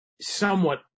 somewhat